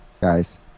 guys